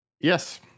Yes